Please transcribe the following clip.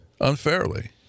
unfairly